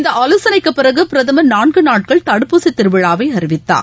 இந்தஆலோசனைக்குபிறகுபிரதமர் நான்குநாட்கள் தடுப்பூசிதிருவிழாவைஅறிவித்தார்